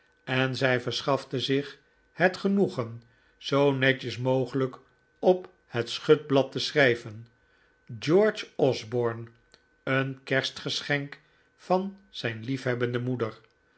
en zij verschafte zich het genoegen zoo netjes mogelijk op het schutblad te schrijven george osborne een kerstgeschenk van zijn lief hebbende moeder